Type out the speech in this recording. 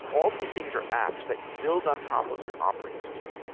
all of these things are apps that you build on top of your operating system,